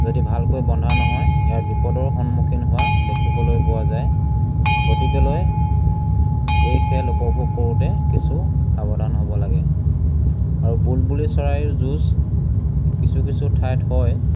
যদি ভালকৈ বন্ধা নহয় ইয়াৰ বিপদৰ সন্মুখীন হোৱা দেখিবলৈ পোৱা যায় গতিকেলৈ এই খেল উপভোগ কৰোঁতে কিছু সাৱধান হ'ব লাগে আৰু বুলবুলি চৰায়ো যুঁজ কিছু কিছু ঠাইত হয়